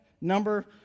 number